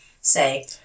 say